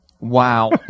Wow